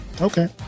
okay